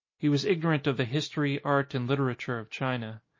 he was ignorant of the history, art, and literature of china.